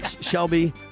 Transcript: Shelby